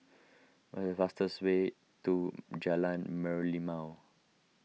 what is the fastest way to Jalan Merlimau